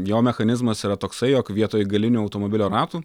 jo mechanizmas yra toksai jog vietoj galinių automobilio ratų